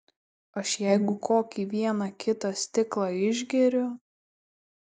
aš jeigu kokį vieną kitą stiklą išgeriu